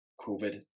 COVID